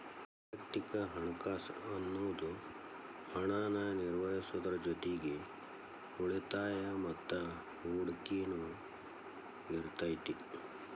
ವಯಕ್ತಿಕ ಹಣಕಾಸ್ ಅನ್ನುದು ಹಣನ ನಿರ್ವಹಿಸೋದ್ರ್ ಜೊತಿಗಿ ಉಳಿತಾಯ ಮತ್ತ ಹೂಡಕಿನು ಇರತೈತಿ